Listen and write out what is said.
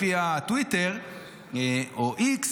לפי הטוויטר או איקס,